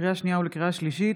לקריאה שנייה ולקריאה שלישית: